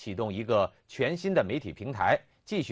too don't you go changing the media can teach